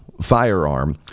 firearm